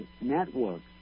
network